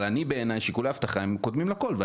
אבל בעיניי שיקולי אבטחה קודמים לכל.